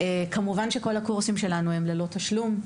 כמובן שכל הקורסים שלנו הם ללא תשלום.